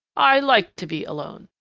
i like to be alone.